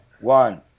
one